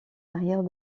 arrière